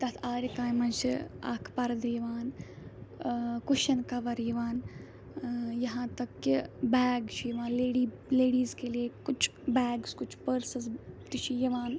تَتھ آرِ کامہِ منٛز چھِ اَکھ پَردٕ یِوان ٲں کُشَن کَوَر یِوان ٲں یہاں تک کہ بیگ چھِ یِوان لیڈی لیڈیٖز کے لیے کُچھ بیگٕز کُچھ پٔرسٕز تہِ چھِ یِوان